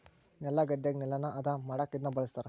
ನೆಲಗದ್ದೆಗ ನೆಲನ ಹದ ಮಾಡಕ ಇದನ್ನ ಬಳಸ್ತಾರ